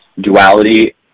duality